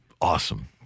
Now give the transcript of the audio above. Awesome